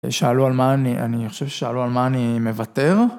שאלו על מה אני, אני חושב ששאלו על מה אני מוותר.